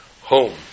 home